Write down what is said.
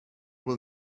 will